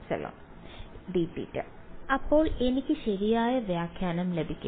− ε dθ അപ്പോൾ എനിക്ക് ശരിയായ വ്യാഖ്യാനം ലഭിക്കും